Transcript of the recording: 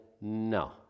No